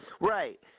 Right